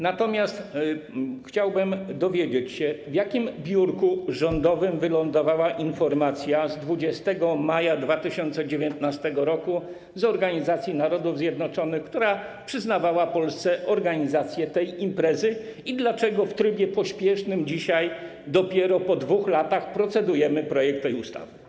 Natomiast chciałbym dowiedzieć się, w jakim biurku rządowym wylądowała informacja z 20 maja 2019 r. z Organizacji Narodów Zjednoczonych, która przyznawała Polsce organizację tej imprezy, i dlaczego w trybie pośpiesznym dzisiaj, dopiero po 2 latach, procedujemy nad projektem tej ustawy.